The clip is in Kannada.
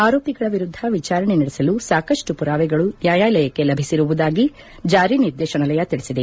ಆರೋಪಿಗಳ ವಿರುದ್ದ ವಿಚಾರಣೆ ನಡೆಸಲು ಸಾಕಷ್ಟು ಪುರಾವೆಗಳು ನ್ಯಾಯಾಲಯಕ್ಕೆ ಲಭಿಸಿರುವುದಾಗಿ ಜಾರಿ ನಿರ್ದೇಶನಾಲಯ ತಿಳಿಸಿದೆ